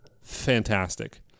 Fantastic